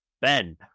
Ben